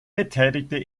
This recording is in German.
betätigte